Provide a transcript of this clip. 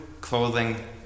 clothing